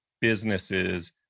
businesses